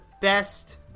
best